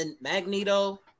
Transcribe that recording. Magneto